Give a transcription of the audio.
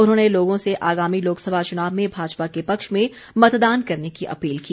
उन्होंने लोगों से आगामी लोकसभा चुनाव में भाजपा के पक्ष में मतदान करने की अपील की